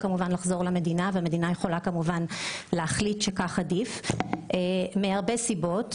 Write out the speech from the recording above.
לחזור למדינה והמדינה יכולה כמובן להחליט שכך עדיף ומהרבה סיבות,